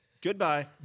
Goodbye